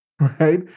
right